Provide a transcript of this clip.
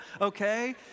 okay